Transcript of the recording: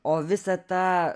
o visą tą